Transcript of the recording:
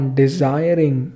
desiring